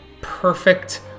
perfect